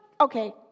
Okay